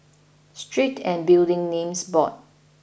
Street and Building Names Board